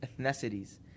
ethnicities